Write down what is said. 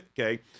Okay